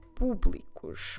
públicos